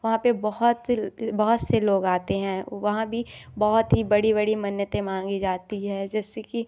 वहाँ पर बहुत बहुत से लोग आते हैं वहाँ भी बहुत ही बड़ी बड़ी मन्नतें मांगी जाती है जैसे कि